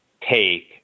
take